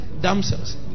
damsels